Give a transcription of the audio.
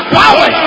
power